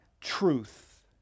truth